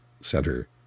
Center